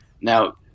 Now